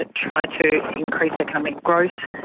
ah try to increase economic growth.